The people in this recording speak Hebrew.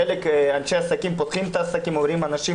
חלק מאנשי העסקים פותחים את העסקים ואומרים: אנשים